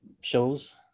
shows